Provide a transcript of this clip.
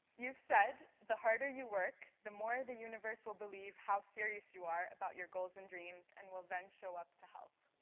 you've said, the harder you work, the more the universe will believe how serious you are about your goals and dreams and will then show up to help.